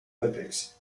olympics